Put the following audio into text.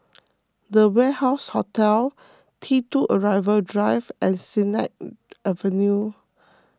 the Warehouse Hotel T two Arrival Drive and Sennett Avenue